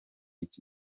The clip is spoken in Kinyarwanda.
iki